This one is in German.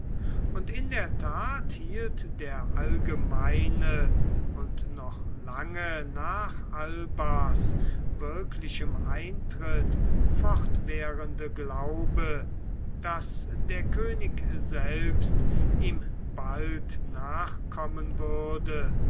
und in der that hielt der allgemeine und noch lange nach albas wirklichem eintritt fortwährende glaube daß der könig selbst ihm bald nachkommen würde